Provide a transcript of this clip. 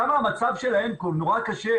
כמה המצב שלהם נורא קשה,